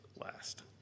last